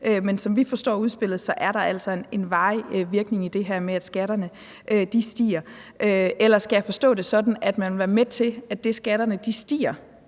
det. Som vi forstår udspillet, er der altså en varig virkning ved det her, i forhold til at skatterne stiger. Eller skal jeg forstå det sådan, at man vil være med til at sørge for, at det, skatterne stiger,